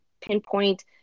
pinpoint